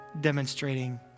demonstrating